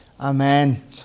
Amen